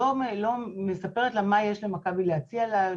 היא מספרת לה גם מה יש למכבי להציע לה,